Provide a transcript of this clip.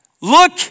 Look